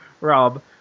Rob